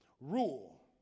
Rule